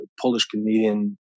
Polish-Canadian